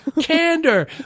Candor